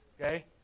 Okay